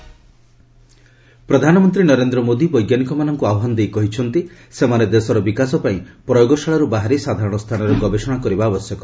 PM Manipur ପ୍ରଧାନମନ୍ତ୍ରୀ ନରେନ୍ଦ୍ର ମୋଦି ବୈଜ୍ଞାନିକମାନଙ୍କୁ ଆହ୍ୱାନ ଦେଇ କହିଛନ୍ତି ସେମାନେ ଦେଶର ବିକାଶପାଇଁ ପ୍ରୟୋଗଶାଳାର୍ ବାହାରି ସାଧାରଣ ସ୍ଥାନରେ ଗବେଷଣା କରିବା ଆବଶ୍ୟକ